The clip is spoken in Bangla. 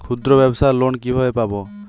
ক্ষুদ্রব্যাবসার লোন কিভাবে পাব?